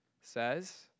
says